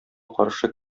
каршы